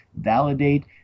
validate